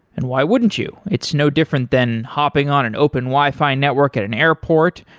and why wouldn't you? it's no different than hopping on an open wi-fi network at an airport,